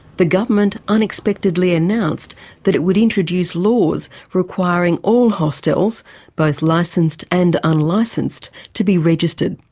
the government unexpectedly announced that it would introduce laws requiring all hostels both licensed and unlicensed to be registered.